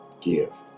Give